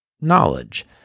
knowledge